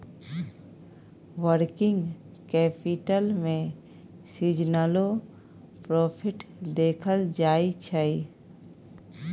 working capital में सीजनलो profit देखल जाइ छइ